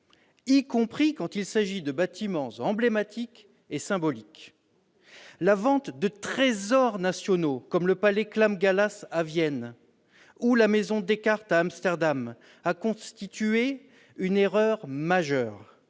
y compris quand il s'agit de bâtiments emblématiques et symboliques ! La vente de trésors nationaux comme le palais Clam-Gallas de Vienne ou la maison Descartes à Amsterdam a constitué une erreur majeure,